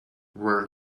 where